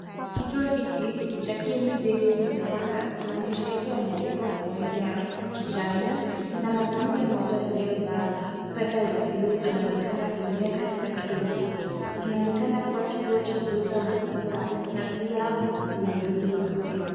Kituo hiki, cha Kieni Dairy products , maandishi yote yameandikwa kwa rangi ya kijani, na mwanamke mmoja aliyevaa sweta ya bluu anaonekana kuingia katika kituo hiki. Kinaonekana kuwa kituo cha kuuza maziwa na pia ununuzi wa maziwa.